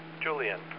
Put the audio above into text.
Julian